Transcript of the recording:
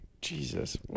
Jesus